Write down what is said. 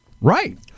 Right